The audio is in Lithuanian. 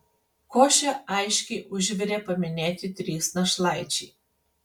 košę aiškiai užvirė paminėti trys našlaičiai